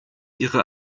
ihre